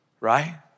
Right